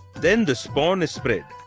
then the spawn is spread.